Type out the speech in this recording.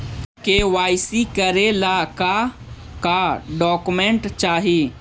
KYC करे ला का का डॉक्यूमेंट चाही?